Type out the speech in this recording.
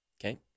Okay